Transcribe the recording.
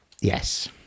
Yes